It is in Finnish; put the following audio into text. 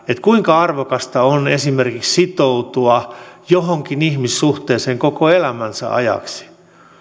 kuinka arvokasta on esimerkiksi sitoutua johonkin ihmissuhteeseen koko elämänsä ajaksi